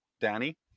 Danny